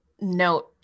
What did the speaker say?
note